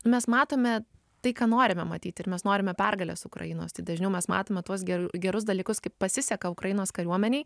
mes matome tai ką norime matyti ir mes norime pergalės ukrainos tai dažniau mes matome tuos gerus dalykus kaip pasiseka ukrainos kariuomenei